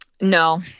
no